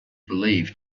believed